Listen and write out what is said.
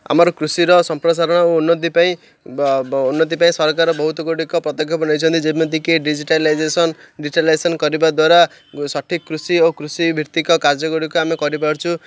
ଆମର କୃଷିର ସମ୍ପ୍ରସାରଣ ଓ ଉନ୍ନତି ପାଇଁ ଉନ୍ନତି ପାଇଁ ସରକାର ବହୁତ ଗୁଡ଼ିକ ପଦକ୍ଷେପ ନେଇଛନ୍ତି ଯେମିତିକି ଡିଜିଟାଲାଇଜେସନ୍ ଡିଜିଟାଲାଇଜେସନ୍ କରିବା ଦ୍ୱାରା ସଠିକ୍ କୃଷି ଓ କୃଷିଭିତ୍ତିକ କାର୍ଯ୍ୟଗୁଡ଼ିକ ଆମେ କରିପାରୁଛୁ